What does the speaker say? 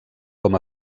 com